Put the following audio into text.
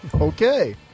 Okay